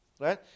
right